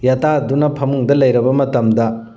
ꯌꯥꯇꯥꯗꯨꯅ ꯐꯃꯨꯡꯗ ꯂꯩꯔꯕ ꯃꯇꯝꯗ